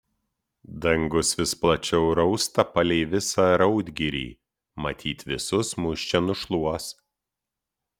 dangus vis plačiau rausta palei visą raudgirį matyt visus mus čia nušluos